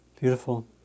beautiful